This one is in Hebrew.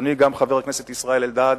גם חבר הכנסת ישראל אלדד,